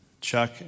Chuck